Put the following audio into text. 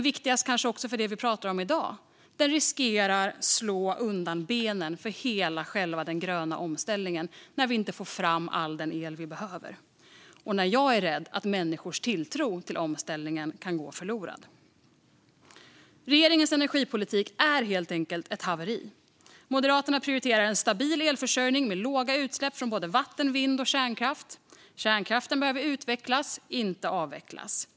Viktigast för det vi pratar om i dag är kanske ändå att den riskerar att slå undan benen för hela den gröna omställningen när vi inte får fram all den el vi behöver, och jag är rädd att människors tilltro till omställningen kan gå förlorad. Regeringens energipolitik är helt enkelt ett haveri. Moderaterna prioriterar en stabil elförsörjning med låga utsläpp från både vatten, vind och kärnkraft. Kärnkraften behöver utvecklas, inte avvecklas.